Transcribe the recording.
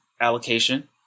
allocation